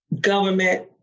government